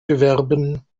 bewerben